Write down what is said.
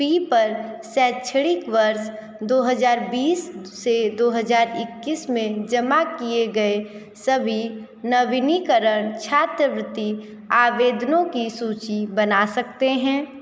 P पर शैक्षणिक वर्ष दो हज़ार बीस से दो हज़ार इक्कीस में जमा किए गए सभी नवीनीकरण छात्रवृति आवेदनों की सूची बना सकते हैं